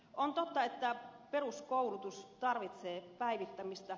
on totta että peruskoulutus tarvitsee päivittämistä